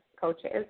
coaches